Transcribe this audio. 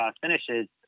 finishes